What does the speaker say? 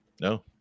no